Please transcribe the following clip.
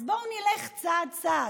אז בואו נלך צעד-צעד.